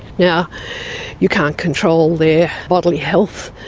yeah you can't control their bodily health,